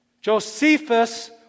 Josephus